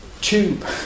tube